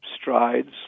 strides